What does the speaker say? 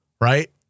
Right